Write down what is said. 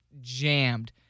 jammed